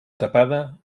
tapada